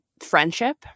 friendship